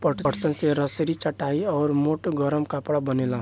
पटसन से रसरी, चटाई आउर मोट गरम कपड़ा बनेला